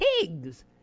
pigs